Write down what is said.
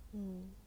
嗯